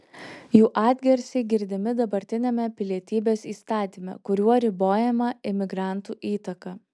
jų atgarsiai girdimi dabartiniame pilietybės įstatyme kuriuo ribojama imigrantų įtaka